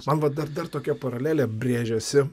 man va dar dar tokia paralelė brėžiasi